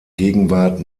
gegenwart